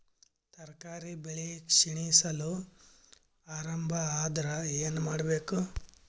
ತರಕಾರಿ ಬೆಳಿ ಕ್ಷೀಣಿಸಲು ಆರಂಭ ಆದ್ರ ಏನ ಮಾಡಬೇಕು?